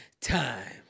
time